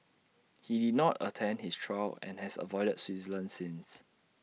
he did not attend his trial and has avoided Switzerland since